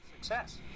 Success